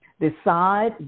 Decide